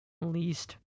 least